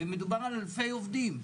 מדובר על אלפי עובדים.